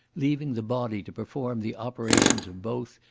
leaving the body to perform the operations of both,